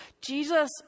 Jesus